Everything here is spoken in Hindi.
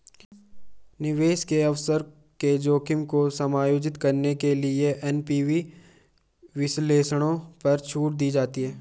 निवेश के अवसर के जोखिम को समायोजित करने के लिए एन.पी.वी विश्लेषणों पर छूट दी जाती है